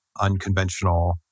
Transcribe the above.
unconventional